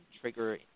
trigger